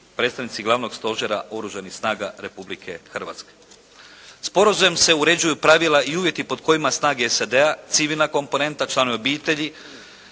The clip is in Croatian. predstavnici glavnog stožera Oružanih snaga Republike Hrvatske. Sporazumom se uređuju pravila i uvjeti pod kojima snage SAD-a, civilna komponenta, članovi obitelji